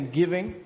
giving